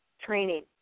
training